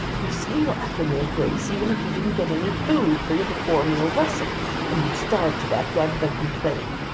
you'd say your after-meal grace even if you didn't get any food for your before-meal blessing and you'd starve to death rather than complain!